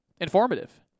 informative